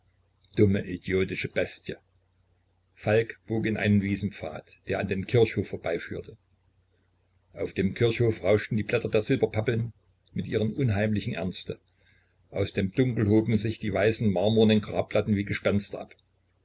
dumme idiotische bestie falk bog in einen wiesenpfad der an dem kirchhof vorüberführte auf dem kirchhof rauschten die blätter der silberpappeln mit ihrem unheimlichen ernste aus dem dunkel hoben sich die weißen marmornen grabplatten wie gespenster ab